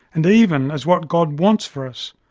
and even as what god wants for us.